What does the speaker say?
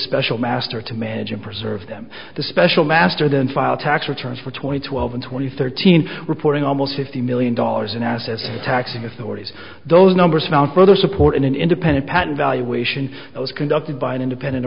special master to manage and preserve them the special master then file tax returns for twenty twelve and twenty thirteen reporting almost fifty million dollars in assets taxing authorities those numbers found further support in an independent patent valuation that was conducted by an independent